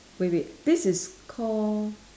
wait wait this is call